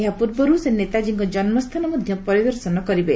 ଏହା ପୂର୍ବର୍ ସେ ନେତାଜୀଙ୍କ ଜନୁସ୍ଥାନ ମଧ୍ଧ ପରିଦର୍ଶନ କରିବେ